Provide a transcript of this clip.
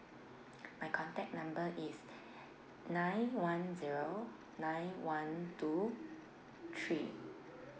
my contact number is nine one zero nine one two three